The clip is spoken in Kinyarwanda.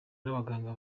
n’abaganga